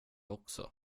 också